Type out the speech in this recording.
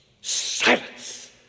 Silence